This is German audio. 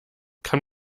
kann